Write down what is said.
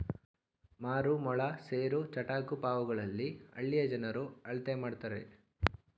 ಮಾರು, ಮೊಳ, ಸೇರು, ಚಟಾಕು ಪಾವುಗಳಲ್ಲಿ ಹಳ್ಳಿಯ ಜನರು ಅಳತೆ ಮಾಡ್ತರೆ